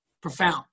profound